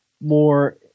more